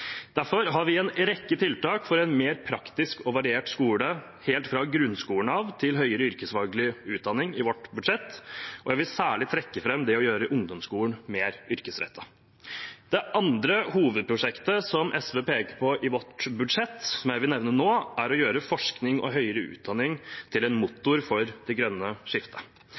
Derfor har vi i vårt budsjett en rekke tiltak for en mer praktisk og variert skole, helt fra grunnskolen av og til høyere yrkesfaglig utdanning. Jeg vil særlig trekke fram det å gjøre ungdomsskolen mer yrkesrettet. Det andre hovedprosjektet som SV peker på i sitt budsjett, som jeg vil nevne nå, er å gjøre forskning og høyere utdanning til en motor for det grønne skiftet.